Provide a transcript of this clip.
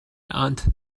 aunt